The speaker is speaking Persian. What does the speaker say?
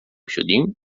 شدیم